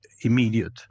immediate